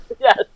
Yes